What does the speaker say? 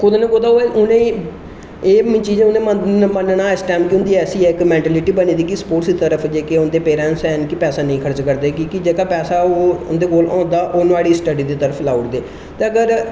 कुतै ना कुतै उ'नेंगी एह् चीज गी उ'नें मन्नना कि इस टेंम इक मैंटेलिटी बनी दी कि स्पोर्ट्स च जेह्के उंदे पेरैन्टस हैन ओह् पैसा नेईं खर्च करदे कि जेह्का पैसा ऐ ओह् उंदे कोल होंदा ओह् नुआढी स्टडीदी तरफ लाई ओड़दे